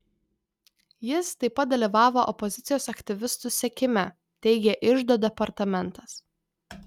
jis taip pat dalyvavo opozicijos aktyvistų sekime teigė iždo departamentas